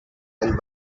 and